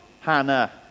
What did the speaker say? Hannah